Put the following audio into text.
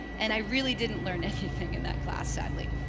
and i really didn't learn anything in that class, sadly.